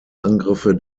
angriffe